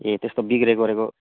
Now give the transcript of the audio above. ए त्यस्तो बिग्रको गरेको